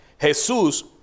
Jesús